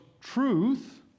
truth